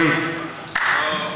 בבקשה.